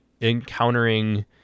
encountering